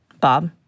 Bob